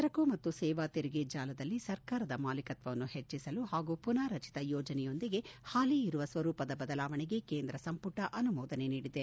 ಸರಕು ಮತ್ತು ಸೇವಾ ತೆರಿಗೆ ಜಾಲ ಜಿಎಸ್ಟಎನ್ದಲ್ಲಿ ಸರ್ಕಾರದ ಮಾಲೀಕತ್ತವನ್ನು ಹೆಚ್ಚಿಸಲು ಹಾಗೂ ಪುನ್ರಚಿತ ಯೋಜನೆಯೊಂದಿಗೆ ಹಾಲಿ ಇರುವ ಸ್ನರೂಪದ ಬದಲಾವಣೆಗೆ ಕೇಂದ್ರ ಸಂಪುಟ ಅನುಮೋದನೆ ನೀಡಿದೆ